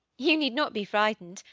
you need not be frightened!